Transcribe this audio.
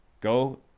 go